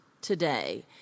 today